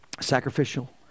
sacrificial